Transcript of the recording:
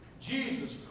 Jesus